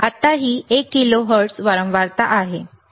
आत्ता ही एक किलोहर्ट्झ वारंवारता आहे